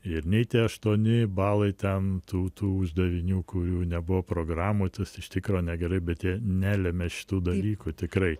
ir nei tie aštuoni balai ten tų tų uždavinių kurių nebuvo programoj tas iš tikro negerai bet jie nelemia šitų dalykų tikrai